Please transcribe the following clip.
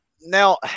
Now